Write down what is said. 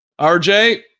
RJ